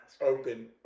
open